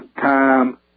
time